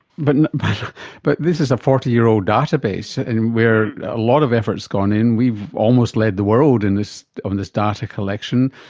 but and but this is a forty year old database and where a lot of effort has gone in. we've almost led the world in this um this data collection.